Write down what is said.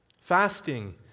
Fasting